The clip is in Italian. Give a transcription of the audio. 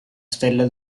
stella